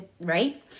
right